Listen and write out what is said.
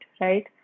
right